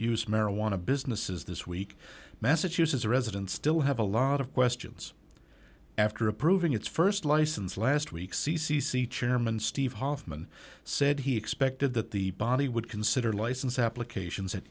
use marijuana businesses this week massachusetts residents still have a lot of questions after approving its st license last week c c c chairman steve hoffman said he expected that the body would consider license applications at